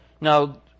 Now